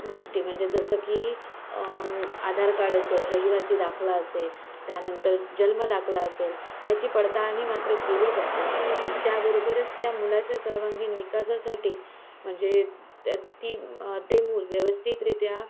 गोष्टी म्हणजे जसं की आधार काड असेल रहिवासी दाखला असेल त्यानंतर जन्मदाखला असेल ह्याची पडताळणी मात्र केली जाते आणि त्याबरोबरच त्या मुलाच्या सर्वांगीण विकासासाठी म्हणजे ती ते मूल व्यवस्थितरित्या